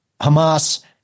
Hamas